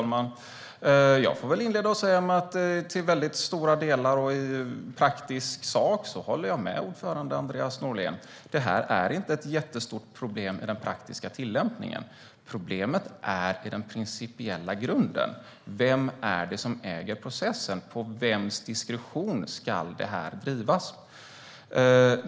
Herr talman! Jag får väl inleda med att säga att jag till stora delar och i praktiken håller med ordförande Andreas Norlén. Detta är inte ett jättestort problem i den praktiska tillämpningen. Problemet finns i den principiella grunden. Vem är det som äger processen? På vems diskretion ska detta drivas?